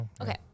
okay